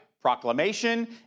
Proclamation